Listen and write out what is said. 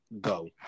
go